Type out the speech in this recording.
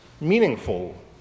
meaningful